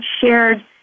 shared